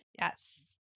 Yes